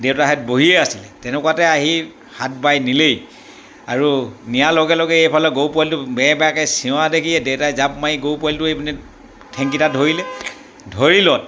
দেউতাহঁত বহিয়েই আছিলে তেনেকুৱাতে আহি হাত বাই নিলেই আৰু নিয়াৰ লগে লগে এইফালে গৰু পোৱালিটো বে বেকৈ চিঞৰা দেখিয়ে দেউতাই জাপ মাৰি গৰু পোৱালিটো এইপিনে ঠেংকেইটা ধৰিলে ধৰিলত